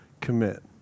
commit